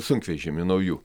sunkvežimių naujų